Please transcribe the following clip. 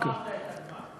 אתה לא ספרת את אדמה.